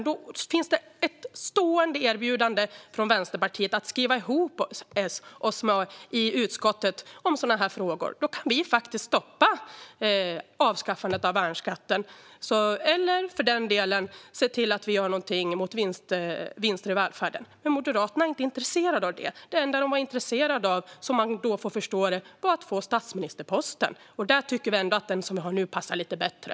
Om Jan Ericson på riktigt är så här orolig kan jag säga att det finns ett stående erbjudande från Vänsterpartiet om att skriva ihop oss i utskottet om sådana här frågor. Då kan vi faktiskt stoppa avskaffandet av värnskatten, eller för den delen se till att vi gör någonting mot vinster i välfärden. Men Moderaterna är inte intresserade av det. Det enda de var intresserade av, som man får förstå det, var att få statsministerposten. Där tycker vi ändå att den som har den nu passar lite bättre.